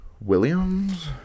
Williams